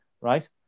right